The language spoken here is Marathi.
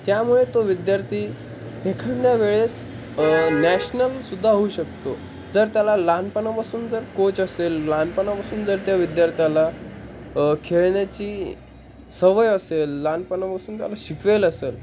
त्यामुळे तो विद्यार्थी एखाद्या वेळेस नॅशनलसुद्धा होऊ शकतो जर त्याला लहानपणापासून जर कोच असेल लहानपणापासून जर त्या विद्यार्थ्याला खेळण्याची सवय असेल लहानपणापासून त्याला शिकवलं असेल